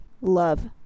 Love